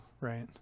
right